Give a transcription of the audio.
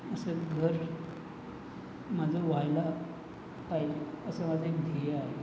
असं घर माझं व्हायला पाहिजे असं माझं एक ध्येय आहे